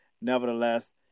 nevertheless